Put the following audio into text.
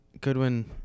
Goodwin